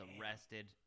arrested